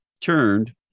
turned